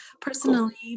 personally